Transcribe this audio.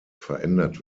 verändert